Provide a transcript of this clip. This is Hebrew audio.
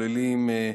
שכוללים,